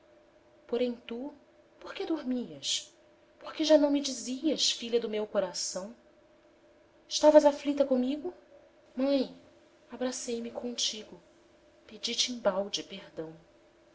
porém tu por que dormias por que já não me dizias filha do meu coração stavas aflita comigo mãe abracei me contigo pedi te embalde perdão